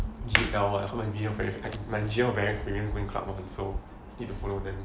G_L ah all my G_L friends my G_L very experience went club also need to follow them